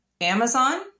Amazon